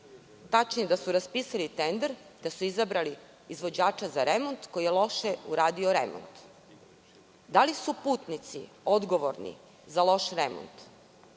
tačnije da su raspisali tender i izabrali izvođača za remont koji je loše uradio remont. Da li su putnici odgovorni za loš remont?